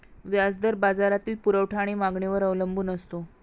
व्याज दर बाजारातील पुरवठा आणि मागणीवर अवलंबून असतो